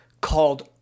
called